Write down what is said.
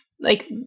like-